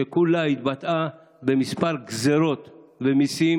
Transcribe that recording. שהתבטאה כולה בכמה גזרות ומיסים